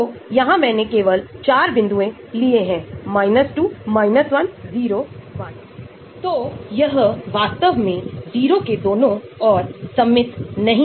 तो R के आधार पर जैसे हमने R की स्थिति में Anion को देखा अथवा न्यूट्रल रूप को स्थिर किया